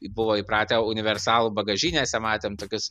buvo įpratę universalų bagažinėse matėm tokius